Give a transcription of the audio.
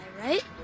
right